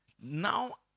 now